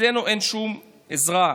אצלנו אין שום עזרה.